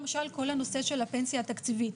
למשל כל הנושא של הפנסיה התקציבית,